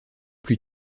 plus